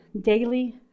Daily